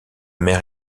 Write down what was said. mer